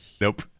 nope